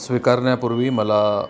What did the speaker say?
स्वीकारण्यापूर्वी मला